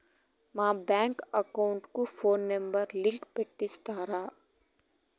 మా bank account కు phone number link పెట్టి ఇస్తారా?